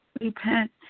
Repent